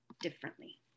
differently